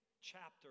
chapter